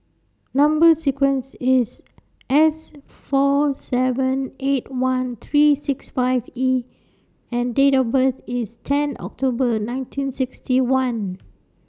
Number sequence IS S four seven eight one three six five E and Date of birth IS ten October nineteen sixty one